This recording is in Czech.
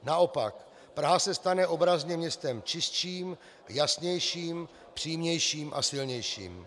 Naopak, Praha se stane obrazně městem čistším, jasnějším, přímějším a silnějším.